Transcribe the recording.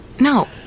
No